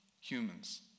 humans